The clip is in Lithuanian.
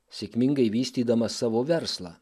sėkmingai vystydamas savo verslą